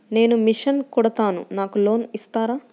నేను మిషన్ కుడతాను నాకు లోన్ ఇస్తారా?